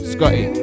Scotty